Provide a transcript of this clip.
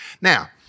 Now